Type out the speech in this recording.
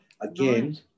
again